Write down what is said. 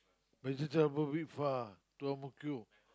vegetable with uh to Ang-Mo-Kio